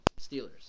Steelers